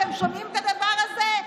אתם שומעים את הדבר הזה?